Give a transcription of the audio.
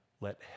Let